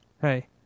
Hey